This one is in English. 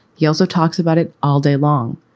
he also talks about it all day long.